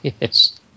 Yes